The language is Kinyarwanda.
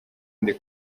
ndi